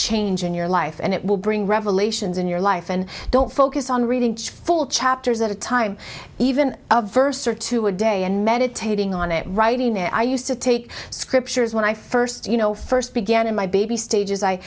change in your life and it will bring revelations in your life and don't focus on reading full chapters at a time even a verse or two a day and meditating on it writing it i used to take scriptures when i first you know first began in my baby stages i